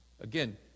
Again